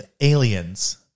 aliens